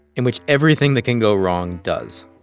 in which everything that can go wrong does.